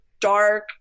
dark